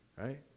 right